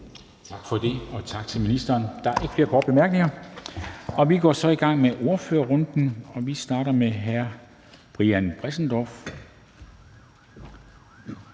Tak for det. Tak til ministeren. Der er ikke flere korte bemærkninger. Og vi går så i gang med ordførerrunden, og vi starter med hr. Brian Bressendorff,